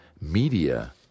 media